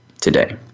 today